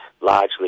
largely